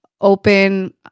open